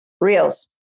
Reels